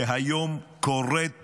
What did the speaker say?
שהיום קוראת